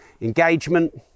engagement